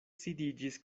sidiĝis